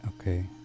Okay